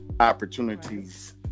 opportunities